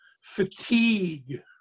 fatigue